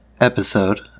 episode